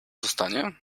zostanie